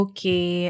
Okay